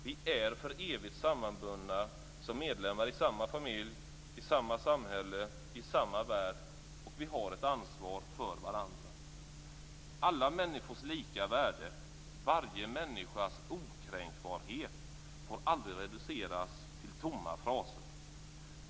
Vi är för evigt sammanbundna som medlemmar i samma familj, i samma samhälle, i samma värld, och vi har ett ansvar för varandra. Alla människors lika värde, varje människas okränkbarhet får aldrig reduceras till tomma fraser.